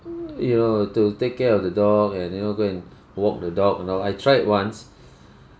you know to take care of the dog and you know go and walk the dog you know I tried once